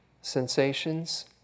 sensations